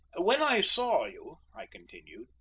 when i saw you, i continued,